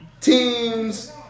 teams